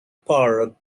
parlour